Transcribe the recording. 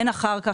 אין אחר כך.